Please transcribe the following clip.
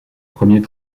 premiers